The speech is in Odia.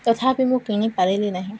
ତଥାପି ମୁଁ କିଣିପାରିଲି ନାହିଁ